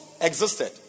existed